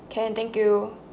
can thank you